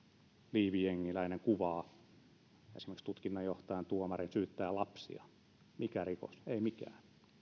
liivijengiläinen kuvaa esimerkiksi tutkinnanjohtajan tuomarin syyttäjän lapsia mikä rikos ei mikään